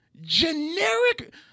Generic